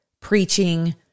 preaching